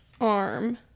arm